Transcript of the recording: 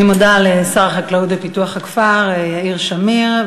אני מודה לשר החקלאות ופיתוח הכפר יאיר שמיר.